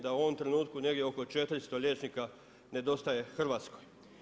Da u ovom trenutku negdje oko 400 liječnika nedostaje Hrvatskoj.